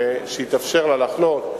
וכדי שיתאפשר להם לחנות,